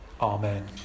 Amen